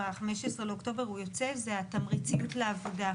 ב-15 באוקטובר זה התמריציות לעבודה,